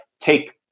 take